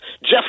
Jeff